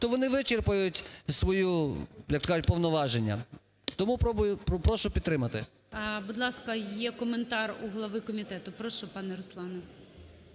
то вони вичерпають свої повноваження. Тому прошу підтримати. ГОЛОВУЮЧИЙ. Будь ласка, є коментар у голови комітету. Прошу пане Руслане,